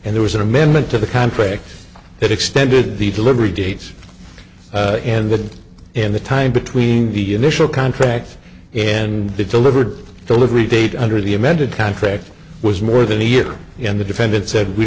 and there was an amendment to the contract that extended the delivery date and that in the time between the initial contract and the delivered delivery date under the amended contract was more than a year and the defendant said we